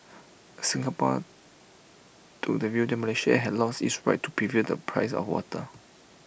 Singapore took the view that Malaysia had lost its right to review the price of water